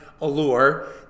allure